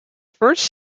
first